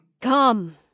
Come